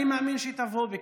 אני מאמין שהיא תבוא בקרוב.